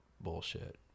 bullshit